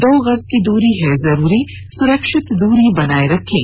दो गज की दूरी है जरूरी सुरक्षित दूरी बनाए रखें